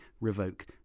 revoke